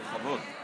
בכבוד.